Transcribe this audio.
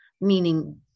meaning